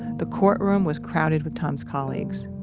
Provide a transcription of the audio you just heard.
the courtroom was crowded with tom's colleagues.